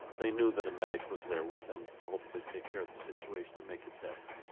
they knew that a medic was there with them to hopefully take care of the situation and make it better.